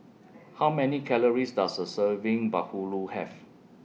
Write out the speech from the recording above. How Many Calories Does A Serving Bahulu Have